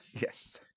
Yes